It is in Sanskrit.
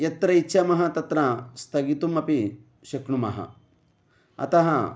यत्र इच्छामः तत्र स्थगितुम् अपि शक्नुमः अतः